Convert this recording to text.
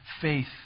faith